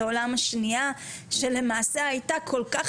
במלחמת העולם השנייה שהייתה כל כך